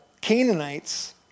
Canaanites